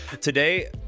Today